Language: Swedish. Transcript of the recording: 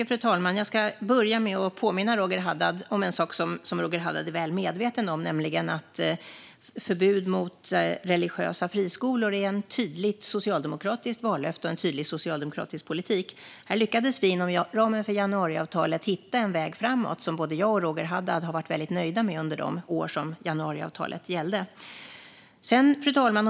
Fru talman! Jag ska börja med att påminna Roger Haddad om en sak som Roger Haddad är väl medveten om, nämligen att förbud mot religiösa friskolor är ett tydligt socialdemokratiskt vallöfte och en tydlig socialdemokratisk politik. Här lyckades vi inom ramen för januariavtalet hitta en väg framåt, som både jag och Roger Haddad har varit väldigt nöjda med under de år som januariavtalet gällde. Fru talman!